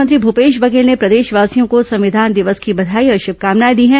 मुख्यमंत्री भूपेश बघेल ने प्रदेशवासियों को संविधान दिवस की बघाई और शुभकामनाएं दी हैं